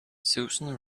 susan